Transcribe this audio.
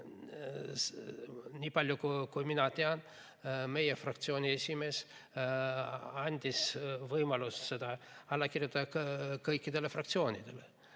Nii palju, kui mina tean, meie fraktsiooni esimees andis võimaluse sellele alla kirjutada kõikidele fraktsioonidele.